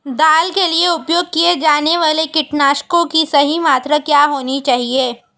दाल के लिए उपयोग किए जाने वाले कीटनाशकों की सही मात्रा क्या होनी चाहिए?